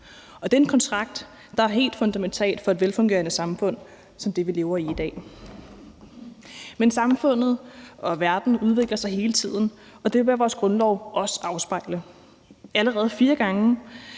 og det er en kontrakt, der er helt fundamental for et velfungerende samfund som det, vi lever i i dag. Men samfundet og verden udvikler sig hele tiden, og det bør vores grundlov også afspejle. Allerede fire gange